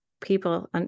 People